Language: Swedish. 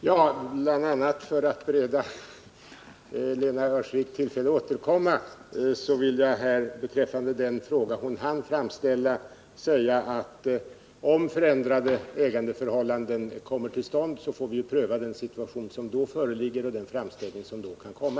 Herr talman! Bl. a. för att bereda Lena Öhrsvik tillfälle att återkomma vill jag beträffande den fråga hon hann framställa säga följande. Om förändrade ägandeförhållanden kommer till stånd får vi pröva den situation som då föreligger och den framställning som då kan komma.